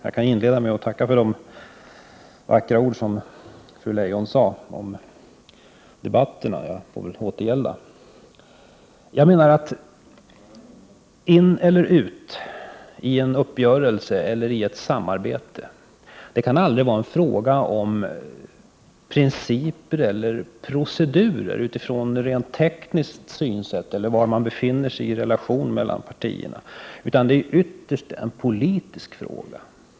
Jag kan inleda med att tacka för de vackra orden från fru Leijon om tidigare debatter. Jag får väl återgälda de orden. Jag menar att ”in eller ut” i en uppgörelse eller i ett samarbete aldrig kan vara en fråga om principer eller procedurer utifrån ett rent tekniskt synsätt eller bero på var man befinner sig i relationen mellan partierna, utan detta är ytterst en politisk fråga.